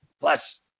Plus